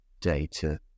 data